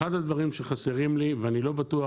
אחד הדברים שחסרים לי, ואני לא בטוח